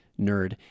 nerd